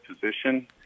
position